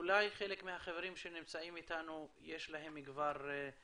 אולי לחלק מהחברים שנמצאים איתנו יש תשובות.